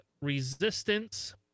Resistance